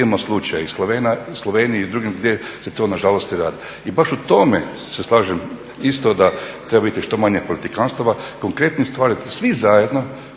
I baš u tome se slažem isto da treba biti što manje politikanstava u konkretnim stvarima i svi zajedno